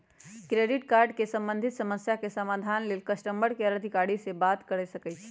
credit card से संबंधित समस्या के समाधान लेल कस्टमर केयर अधिकारी से बात कर सकइछि